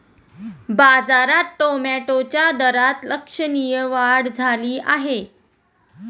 बाजारात टोमॅटोच्या दरात लक्षणीय वाढ झाली आहे